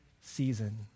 season